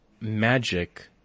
magic